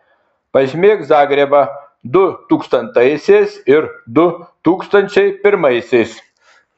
pažymėk zagrebą du tūkstantaisiais ir du tūkstančiai pirmaisiais